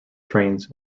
trains